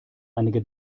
einige